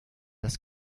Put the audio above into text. das